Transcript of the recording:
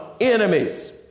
enemies